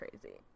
crazy